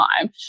time